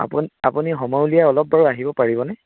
আপু আপুনি সময় উলিয়াই অলপ বাৰু আহিব পাৰিবনে